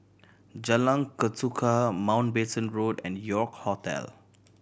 Jalan Ketuka Mountbatten Road and York Hotel